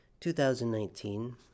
2019